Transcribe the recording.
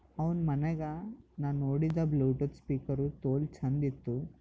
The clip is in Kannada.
ಅವನ ಮನೆಗ ನಾನು ನೋಡಿದ ಬ್ಲೂಟೂತ್ ಸ್ಪೀಕರು ತೋಲು ಚಂದ ಇತ್ತು